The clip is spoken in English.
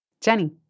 Jenny